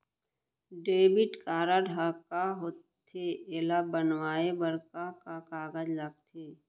Debit card ह का होथे एला बनवाए बर का का कागज लगथे?